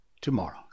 tomorrow